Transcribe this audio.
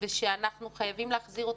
ושאנחנו חייבים להחזיר אותו.